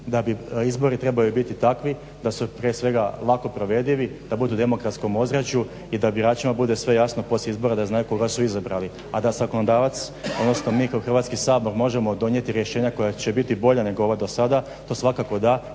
izbori trebali biti takvi da su prije svega lako provedivi da budu u demokratskom ozračju i da biračima bude sve jasno poslije izbora da znaju koga su izabrali. A da zakonodavac odnosno mi kao hrvatski sabor možemo donijeti rješenja koja će biti bolja nego ova do sada, to svakako da.